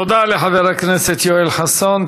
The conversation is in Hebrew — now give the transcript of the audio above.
תודה לחבר הכנסת יואל חסון.